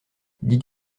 dites